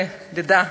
לידה,